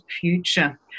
future